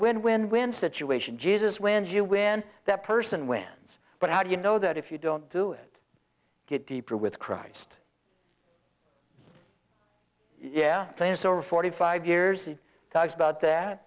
win win win situation jesus wins you win that person wins but how do you know that if you don't do it get deeper with christ yeah things over forty five years he talks about that